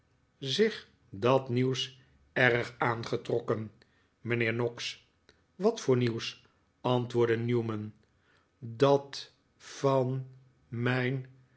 zich dat nieuws erg aangetrokken mijnheer noggs wat voor nieuws antwoordde newman dat van mijn